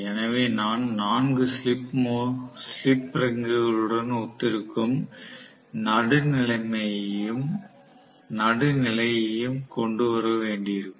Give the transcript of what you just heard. எனவே நான் 4 ஸ்லிப் மோதிரங்களுடன் ஒத்திருக்கும் நடுநிலையையும் கொண்டு வர வேண்டியிருக்கும்